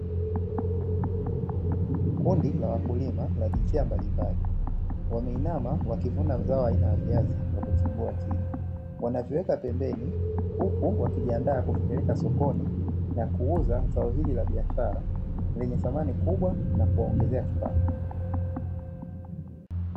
Kundi la wakulima la jinsia mbalimbali wameinama wakivuna mazao aina ya viazi kwa kuchimbua chini, wanaviweka pembeni huku wakijiandaa kuvipeleka sokoni na kuuza zao hili la biashara lenye thamani kubwa na kuwaongezea kipato.